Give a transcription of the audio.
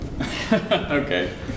okay